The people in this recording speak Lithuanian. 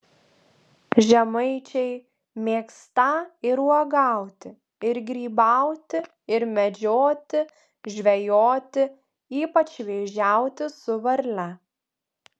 žemaičiai mėgstą ir uogauti ir grybauti ir medžioti žvejoti ypač vėžiauti su varle